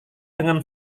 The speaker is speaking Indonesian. dengan